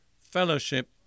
fellowship